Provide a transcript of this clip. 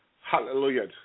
Hallelujah